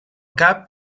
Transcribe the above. cap